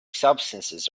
substances